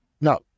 No